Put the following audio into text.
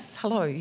hello